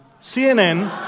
CNN